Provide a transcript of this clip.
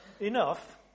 enough